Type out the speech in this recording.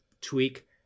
tweak